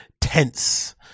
tense